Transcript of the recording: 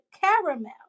caramel